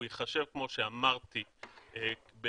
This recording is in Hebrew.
הוא ייחשב, כמו שאמרתי בפרפרזה,